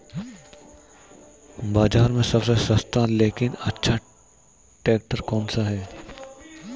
बाज़ार में सबसे सस्ता लेकिन अच्छा ट्रैक्टर कौनसा है?